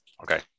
Okay